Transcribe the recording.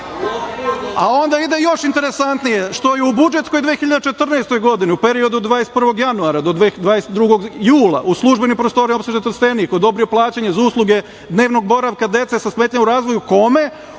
Onda ide još interesantnije, što je u budžetskoj 2014. godini, u periodu od 21. januara do 22. jula u službenim prostorijama opštine Trstenik odobrio plaćanje za usluge dnevnog boravka dece sa smetnjama u razvoju. Kome? Udruženju